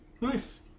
Nice